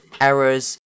errors